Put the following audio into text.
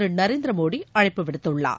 திருநரேந்திரமோடிஅழைப்பு விடுத்துள்ளார்